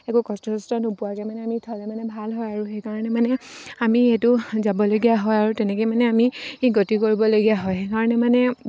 একো কষ্ট চষ্ট নোপোৱাকৈ মানে আমি থ'লে মানে ভাল হয় আৰু সেইকাৰণে মানে আমি সেইটো যাবলগীয়া হয় আৰু তেনেকৈ মানে আমি সি গতি কৰিবলগীয়া হয় সেইকাৰণে মানে